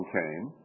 came